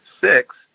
six